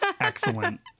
Excellent